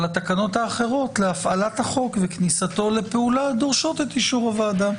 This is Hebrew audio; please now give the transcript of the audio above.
אבל התקנות האחרות להפעלת החוק וכניסתו לפעולה דורשות את אישור הוועדה.